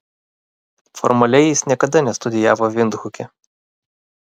formaliai jis niekada nestudijavo vindhuke